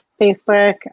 Facebook